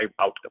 outcome